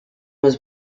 was